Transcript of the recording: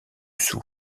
sous